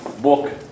book